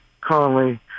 Conley